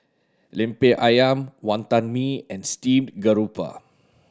Lemper Ayam Wantan Mee and steamed garoupa